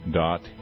dot